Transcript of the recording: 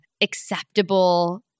acceptable